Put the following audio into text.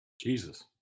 Jesus